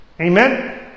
Amen